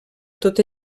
tot